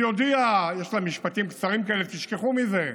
היא הודיעה, יש לה משפטים קצרים כאלה: תשכחו מזה,